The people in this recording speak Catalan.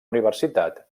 universitat